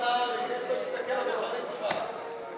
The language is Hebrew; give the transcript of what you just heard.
ביטול מס ערך מוסף על הבלו),